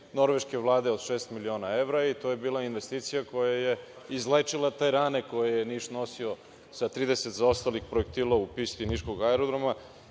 norveške Vlade od šest miliona evra. To je bila investicija koja je izlečila te rane koje je Niš nosio sa 30 zaostalih projektila u pisti niškog aerodroma